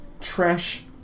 trash